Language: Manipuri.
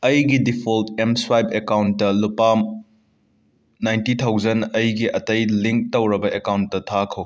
ꯑꯩꯒꯤ ꯗꯤꯐꯣꯜꯠ ꯑꯦꯝ ꯁ꯭ꯋꯥꯏꯞ ꯑꯦꯀꯥꯎꯟꯇ ꯂꯨꯄꯥ ꯂꯤꯁꯤꯡ ꯅꯥꯏꯟꯇꯤ ꯊꯥꯎꯖꯟ ꯑꯩꯒꯤ ꯑꯇꯩ ꯂꯤꯡꯛ ꯇꯧꯔꯕ ꯑꯦꯀꯥꯎꯟꯇ ꯊꯥꯈꯣ